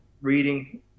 reading